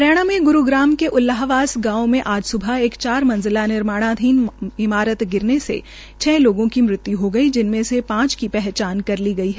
हरियाणा के ग्रूग्राम के उल्लाहवास गांव में आज सुबह चार मंजिला निमार्णाधीन इमारत गिरने से लोगों की मृत्यु हो गई जिनमें से पांच की पहचान कर ली गई है